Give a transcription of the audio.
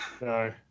No